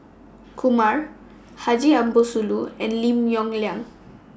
Kumar Haji Ambo Sooloh and Lim Yong Liang